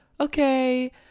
okay